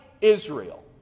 Israel